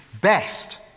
best